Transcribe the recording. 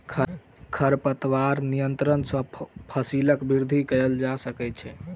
खरपतवार नियंत्रण सॅ फसीलक वृद्धि कएल जा सकै छै